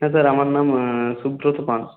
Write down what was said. হ্যাঁ স্যার আমার নাম সুব্রত পান